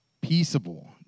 peaceable